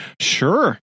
sure